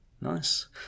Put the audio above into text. Nice